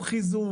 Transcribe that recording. פה חיזוק,